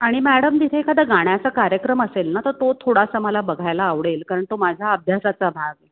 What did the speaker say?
आणि मॅडम तिथे एखादा गाण्याचा कार्यक्रम असेल ना तर तो थोडासा मला बघायला आवडेल कारण तो माझा अभ्यासाचा भाग